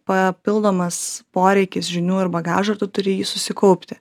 papildomas poreikis žinių ir bagažo ir tu turi jį susikaupti